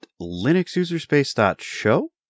linuxuserspace.show